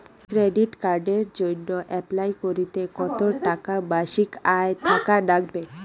Credit কার্ডের জইন্যে apply করিতে কতো টাকা মাসিক আয় থাকা নাগবে?